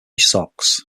sox